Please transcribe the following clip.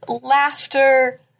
laughter